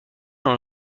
dans